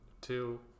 two